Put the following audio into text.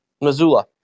Missoula